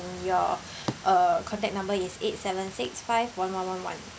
your uh contact number is eight seven six five one one one one